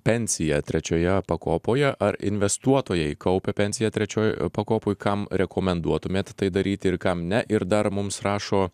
pensiją trečioje pakopoje ar investuotojai kaupia pensiją trečioj pakopoj kam rekomenduotumėt tai daryti ir kam ne ir dar mums rašo